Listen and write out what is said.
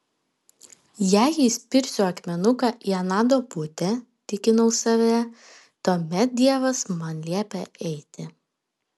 jei įspirsiu akmenuką į aną duobutę tikinau save tuomet dievas man liepia eiti